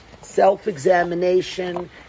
self-examination